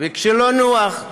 כשלא נוח,